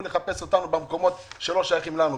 לחפש אותנו במקומות שלא שייכים לנו בכלל.